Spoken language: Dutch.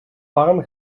warm